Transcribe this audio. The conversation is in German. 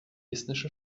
estnische